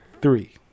Three